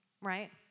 Right